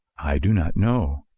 i do not know.